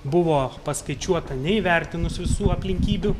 buvo paskaičiuota neįvertinus visų aplinkybių